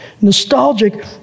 nostalgic